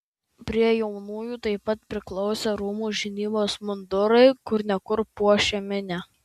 prie jaunųjų taip pat priklausė rūmų žinybos mundurai kur ne kur puošią minią